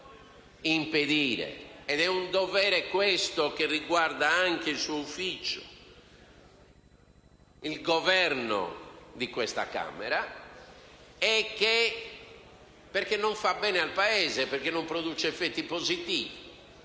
è un dovere che riguarda anche il suo ufficio, cioè il governo di questa Camera, perché non fa bene al Paese e non produce effetti positivi,